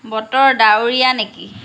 বতৰ ডাৱৰীয়া নেকি